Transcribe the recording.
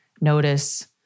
notice